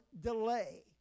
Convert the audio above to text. delay